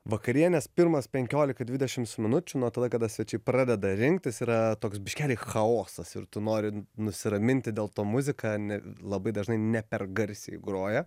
vakarienės pirmos penkiolika dvidešimts minučių nuo tada kada svečiai pradeda rinktis yra toks biškelį chaosas ir tu nori nusiraminti dėl to muzika ne labai dažnai ne per garsiai groja